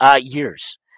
years